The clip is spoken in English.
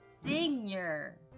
Senior